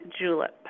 julep